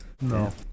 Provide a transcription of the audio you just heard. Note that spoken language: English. No